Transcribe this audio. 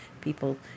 people